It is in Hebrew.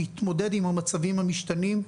להתמודד עם המצבים המשתנים.